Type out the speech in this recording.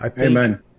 Amen